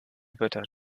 wörter